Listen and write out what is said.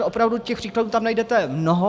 Opravdu těch příkladů tam najdete mnoho.